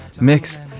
mixed